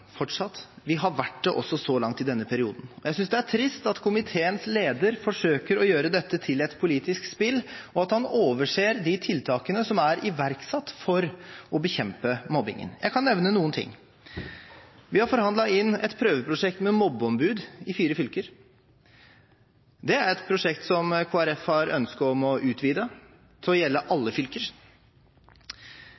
fortsatt, og vi har vært det så langt i denne perioden. Jeg synes det er trist at komiteens leder forsøker å gjøre dette til et politisk spill og overser de tiltakene som er iverksatt for å bekjempe mobbingen. Jeg kan nevne noe. Vi har forhandlet inn et prøveprosjekt med mobbeombud i fire fylker. Det er et prosjekt Kristelig Folkeparti ønsker å utvide til å gjelde